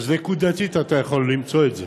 נקודתית אתה יכול למצוא את זה,